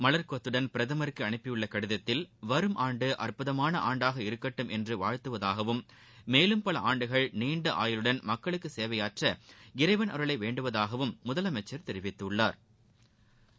மவர்க்கொத்துடன் பிரதமருக்கு அனுப்பியுள்ள கடிதத்தில் வரும் ஆண்டு அற்புதமான ஆண்டாக இருக்கட்டும் என்று வாழ்த்துவதாகவும் மேலும் பல ஆண்டுகள் நீண்ட ஆயுளுடன் மக்களுக்கு சேவையாற்ற இறைவன் அருளை வேண்டுவதாகவும் முதலமைச்சா் தெரிவித்துள்ளாா்